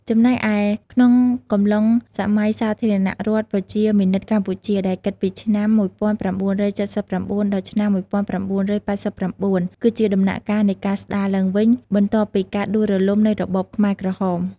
ចំណែកឯក្នុងកំឡុងសម័យសាធារណរដ្ឋប្រជាមានិតកម្ពុជា ដែលគិតពី ឆ្នាំ ១៩៧៩ ដល់ ឆ្នាំ ១៩៨៩ គឺជាដំណាក់កាលនៃការស្ដារឡើងវិញបន្ទាប់ពីការដួលរលំនៃរបបខ្មែរក្រហម។